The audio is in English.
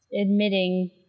admitting